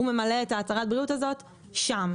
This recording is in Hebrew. ממלא את הצהרת הבריאות הזאת שם,